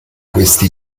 questi